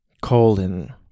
Colon